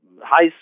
high